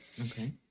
Okay